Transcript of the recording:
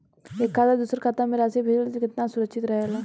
एक खाता से दूसर खाता में राशि भेजल केतना सुरक्षित रहेला?